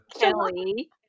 Kelly